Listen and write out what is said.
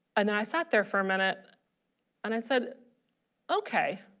and then i sat there for a minute and i said okay